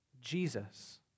Jesus